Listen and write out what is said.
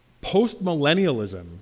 post-millennialism